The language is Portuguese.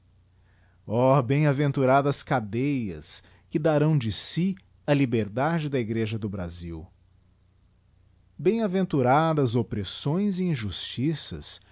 bem aventuradas cadeias que darão de si a liberdade da igreja do brasil bemaventuradas oppressões e injustiças